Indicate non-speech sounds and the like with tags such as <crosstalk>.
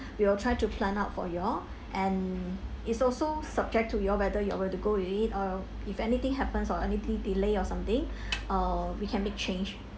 we will try to plan out for y'all and it's also subject to y'all whether y'all going to go with it or if anything happens or anything delay or something <breath> uh we can make change